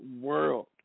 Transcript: world